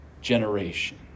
generation